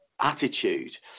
attitude